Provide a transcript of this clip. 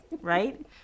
right